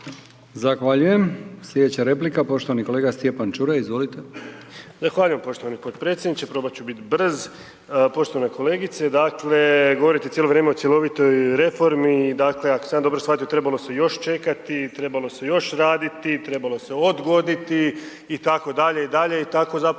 Zahvaljujem. Sljedeća replika poštovani kolega Stjepan Čuraj. Izvolite. **Čuraj, Stjepan (HNS)** Zahvaljujem poštovani potpredsjedniče. Probat ću biti brz. Poštovana kolegice. Dakle govorite cijelo vrijeme o cjelovitoj reformi, ako sam ja dobro shvatio trebalo se još čekati, trebalo se još raditi, trebalo se odgoditi itd., i dalje i tako zapravo